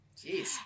Jeez